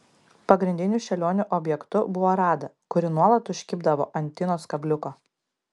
pagrindiniu šėlionių objektu buvo rada kuri nuolat užkibdavo ant tinos kabliuko